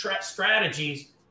strategies